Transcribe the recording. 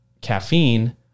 caffeine